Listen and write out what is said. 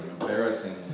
embarrassing